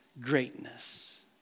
greatness